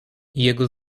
jego